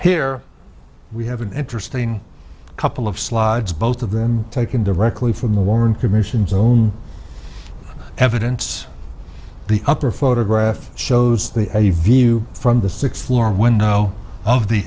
here we have an interesting couple of slides both of them taken directly from the warren commission's own evidence the upper photograph shows the view from the sixth floor window of the